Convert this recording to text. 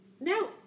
No